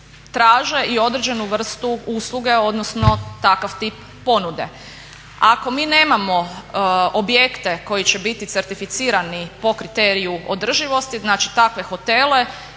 traže i određenu vrstu usluge odnosno takav tip ponude. Ako mi nemamo objekte koji će biti certificirani po kriteriju održivosti, znači takve hotele